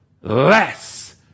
less